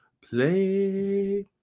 play